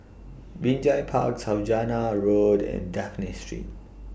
Binjai Park Saujana Road and Dafned Street